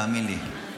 תאמין לי.